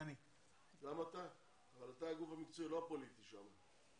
אבל אתה הגוף המקצועי, לא הפוליטי, שם.